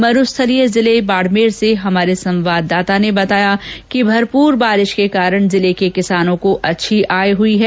मरूस्थलीय जिले बाड़मेर से हमारे संवाददाता ने बताया कि भरपूर बारिश के कारण जिले के किसानों को अच्छी आय हुई है